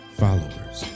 followers